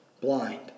blind